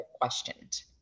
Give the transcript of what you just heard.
questioned